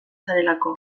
zarelako